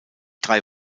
drei